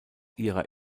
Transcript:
ihrer